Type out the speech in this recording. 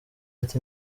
ati